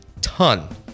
ton